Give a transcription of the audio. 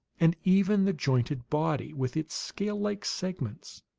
and even the jointed body with its scale-like segments,